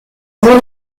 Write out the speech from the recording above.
rend